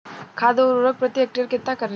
खाद व उर्वरक प्रति हेक्टेयर केतना परेला?